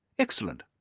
excellent.